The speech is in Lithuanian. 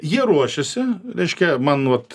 jie ruošiasi reiškia man vat